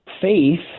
faith